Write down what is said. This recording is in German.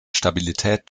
stabilität